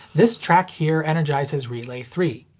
this track here energizes relay three.